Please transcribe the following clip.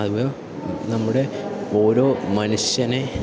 അവ നമ്മുടെ ഓരോ മനുഷ്യനെ